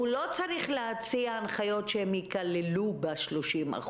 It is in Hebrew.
הוא לא צריך להציע הנחיות שהם ייכללו ב-30%,